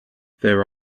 there